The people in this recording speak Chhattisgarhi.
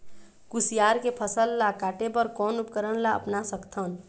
कुसियार के फसल ला काटे बर कोन उपकरण ला अपना सकथन?